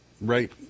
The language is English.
right